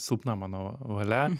silpna mano valia